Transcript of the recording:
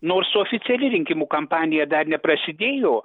nors oficiali rinkimų kampanija dar neprasidėjo